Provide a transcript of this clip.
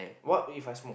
what If I smoke